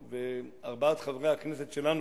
ארבעת חברי הכנסת שלנו,